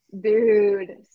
dude